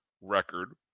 record